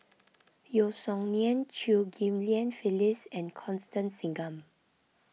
Yeo Song Nian Chew Ghim Lian Phyllis and Constance Singam